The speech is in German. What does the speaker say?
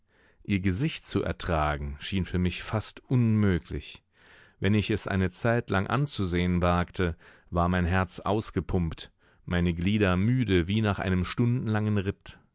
ihr gesicht zu ertragen schien für mich fast unmöglich wenn ich es eine zeitlang anzusehen wagte war mein herz ausgepumpt meine glieder müde wie nach einem stundenlangen ritt